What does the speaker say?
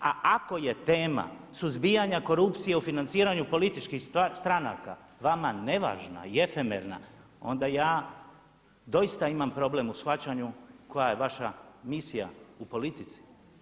A ako je tema suzbijanje korupcije u financiranju političkih stranaka vama nevažna i efemerna onda ja doista imam problem u shvaćanju koja je vaša misija u politici.